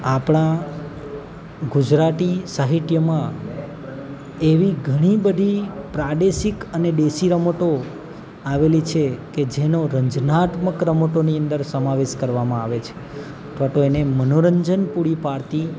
આપણા ગુજરાતી સાહિત્યમાં એવી ઘણી બધી પ્રાદેશિક અને દેશી રમતો આવેલી છે કે જેનો રંજનાત્મક રમતોની અંદર સમાવેશ કરવામાં આવે છે અથવા તો એને મનોરંજન પૂરી પાડતી